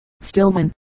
Stillman